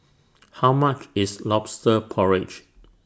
How much IS Lobster Porridge